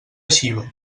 xiva